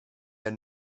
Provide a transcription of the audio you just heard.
elle